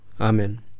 Amen